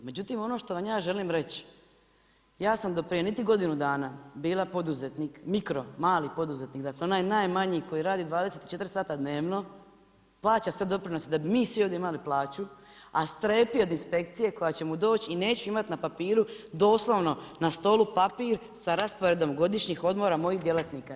Međutim, ono što vam ja želim reći, ja sam do niti prije godinu dana, bila poduzetnik, mikro, mali poduzetnik, dakle, onaj najmanji koji radi 24 sata dnevno, plaća sve doprinose, da bi mi svi ovdje imali plaću, a strepi od inspekcije koja će mu doći i neću imati na papiru, doslovno, na stolu papir sa rasporedom godišnjih odmora mojih djelatnika.